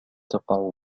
تقع